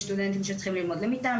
יש סטודנטים שצריכים ללמוד למתא"ם,